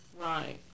Right